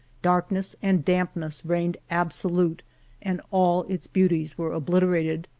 darkness and dampness reigned absolute and all its beauties were obliter ated.